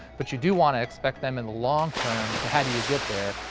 but you do wanna expect them in the long-term, so how do you get there?